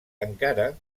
encara